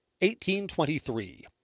1823